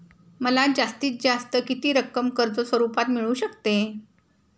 मला जास्तीत जास्त किती रक्कम कर्ज स्वरूपात मिळू शकते?